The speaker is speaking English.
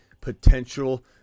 potential